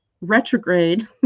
retrograde